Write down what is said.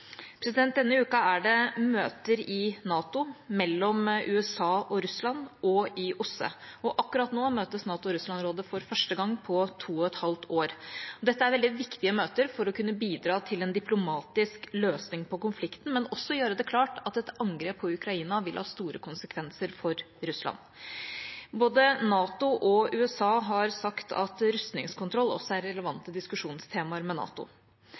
Denne uka er det møter i NATO mellom USA og Russland og i OSSE, og akkurat nå møtes NATO-Russland-rådet for første gang på to og et halvt år. Dette er veldig viktige møter for å kunne bidra til en diplomatisk løsning på konflikten, men også for å gjøre det klart at et angrep på Ukraina vil ha store konsekvenser for Russland. Både NATO og USA har sagt at rustningskontroll også er relevante diskusjonstemaer med NATO.